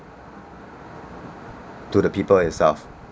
to the people itself